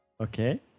Okay